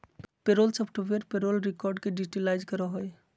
payroll software payroll record के digitise करो हइ